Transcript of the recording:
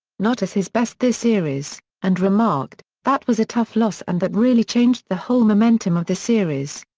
not as his best this series and remarked that was a tough loss and that really changed the whole momentum of the series.